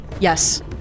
Yes